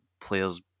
players